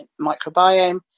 microbiome